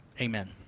Amen